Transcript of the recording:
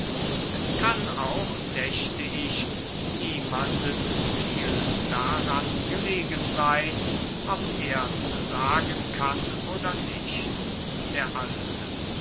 es kann auch dächte ich niemanden viel daran gelegen seyn ob ers sagen kann oder nicht der alte